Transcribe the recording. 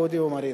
אודי ומרינה.